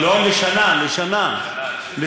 לשנה, לשנה.